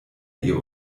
ihr